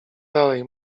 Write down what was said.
dalej